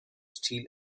steel